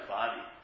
body